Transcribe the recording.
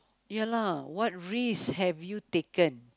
ya lah what risk have you taken